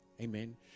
Amen